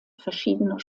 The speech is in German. verschiedener